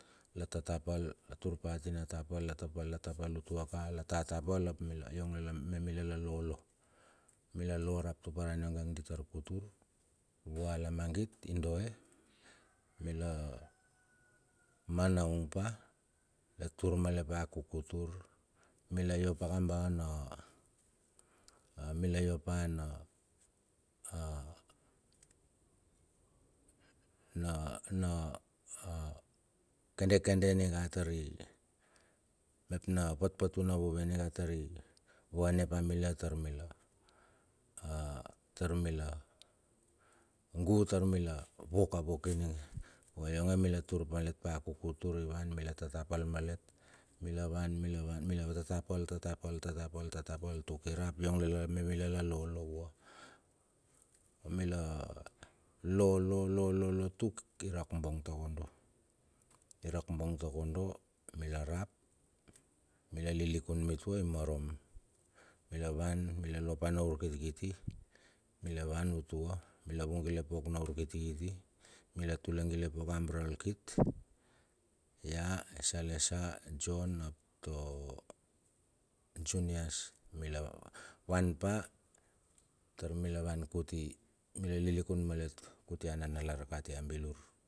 La tatapal la turpa tinatapal la tapal la tapal la tapal utuaka l tatapal ap mila yong lala me mila la lolo. Mila lorap tuparan yonge di tar kutur vua lamagit i doe, mila mila manaung pa, la tar malet pa kukutur, mila yop pakaba a an mila yop pa a yan a na na a kende kende ninga tari, mep na patpatu tuna vove ninga tari i vane pa mila taur mila a taur mila gu tar mila vok a vok ininge. Vua yonge mila tur malet pa kukutur. ivan mila tatapal malet yong lmala van mila van, mila va tatapal tatapal tatapal tatapal tuk irap yong lala me mila la lolo vua. Mila lolo lolo tuk i rakbong takodo, i rak bong takondtakondo mila rap, mila lilikun mitua i marom, mila van mila lo pa na urkiti mila van utua mila vung gile pauk na urkitikiti mila tule gile pauk ava barakalkit ia esalesa john ap to junias mila van pa tar mila van kuti mila lilikun a nanalar kati a bilur.